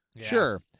Sure